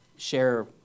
share